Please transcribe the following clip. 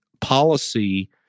policy